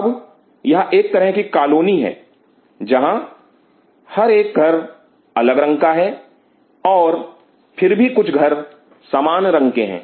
अब यह एक तरह की कॉलोनी है जहां हर एक घर अलग रंग का है और फिर भी कुछ घर सामान रंग के हैं